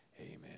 amen